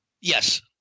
Yes